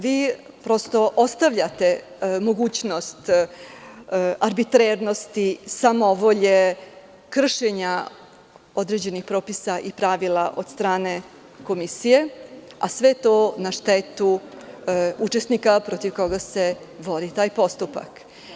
Vi ostavljate mogućnost arbitrernosti, samovolje, kršenja određenih propisa i pravila od strane komisije, a sve to na štetu učesnika protiv koga se vodi taj postupak.